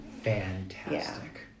Fantastic